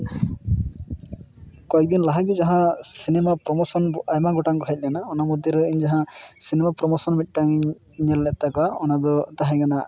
ᱠᱚᱭᱮᱠ ᱫᱤᱱ ᱞᱟᱦᱟ ᱜᱮ ᱡᱟᱦᱟᱸ ᱥᱤᱱᱮᱢᱟ ᱯᱨᱳᱢᱳᱥᱚᱱ ᱟᱭᱢᱟ ᱜᱚᱴᱟᱝ ᱠᱚ ᱦᱮᱡ ᱞᱮᱱᱟ ᱚᱱᱟ ᱢᱚᱫᱽᱫᱷᱮ ᱨᱮ ᱤᱧ ᱡᱟᱦᱟᱸ ᱥᱤᱱᱮᱢᱟ ᱯᱨᱳᱢᱚᱥᱚᱱ ᱢᱤᱫᱴᱟᱝ ᱧᱮᱞ ᱞᱮᱫ ᱛᱟᱠᱚᱣᱟ ᱚᱱᱟ ᱫᱚ ᱛᱟᱦᱮᱸᱠᱟᱱᱟ